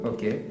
Okay